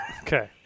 Okay